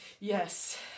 Yes